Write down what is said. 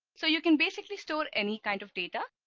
so you can basically store any kind of data.